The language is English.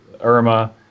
Irma